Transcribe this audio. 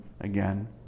again